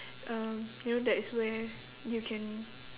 um you know that is where you can